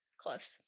Close